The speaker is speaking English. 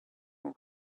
who